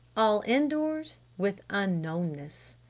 all indoors, with unknownness!